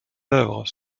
œuvres